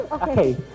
Okay